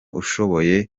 ushoboye